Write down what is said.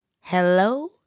Hello